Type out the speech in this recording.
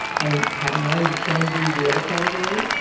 and have nine to ten be the other category.